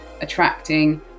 attracting